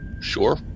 Sure